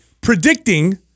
Predicting